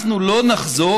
אנחנו לא נחזור